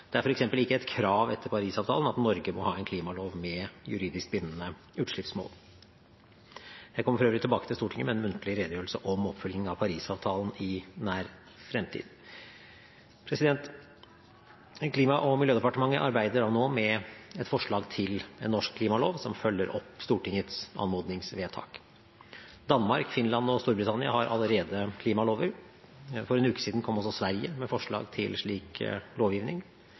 Det er f.eks. ikke et krav etter Paris-avtalen at Norge må ha en klimalov med juridisk bindende utslippsmål. Jeg kommer for øvrig tilbake til Stortinget med en muntlig redegjørelse om oppfølgingen av Paris-avtalen i nær fremtid. Klima- og miljødepartementet arbeider nå med et forslag til en norsk klimalov som følger opp Stortingets anmodningsvedtak. Danmark, Finland og Storbritannia har allerede klimalover. For en uke siden kom også Sverige med forslag til slik lovgivning.